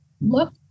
look